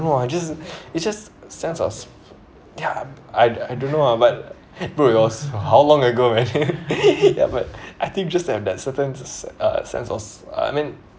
know I just it's just sense of ya I'd I don't know lah but bro it was how long ago man ya but I think just have that certain ce~ uh sense of uh I mean